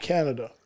Canada